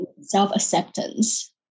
self-acceptance